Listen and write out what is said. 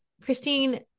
Christine